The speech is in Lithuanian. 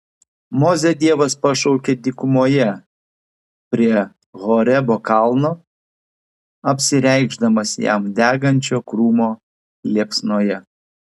mozę dievas pašaukia dykumoje prie horebo kalno apsireikšdamas jam degančio krūmo liepsnoje